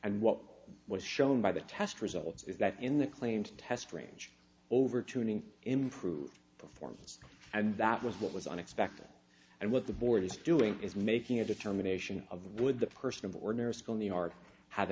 and what was shown by the test results is that in the claimed test range over tuning improved performance and that was what was unexpected and what the board is doing is making a determination of would the person in the ordinary school in the art have